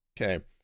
Okay